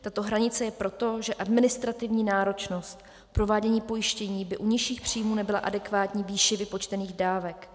Tato hranice je proto, že administrativní náročnost provádění pojištění by u nižších příjmů nebyla adekvátní výši vypočtených dávek.